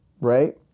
right